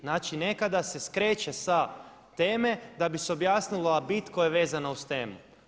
Znači, nekada se skreće sa teme da bi se objasnila bit koja je vezana uz temu.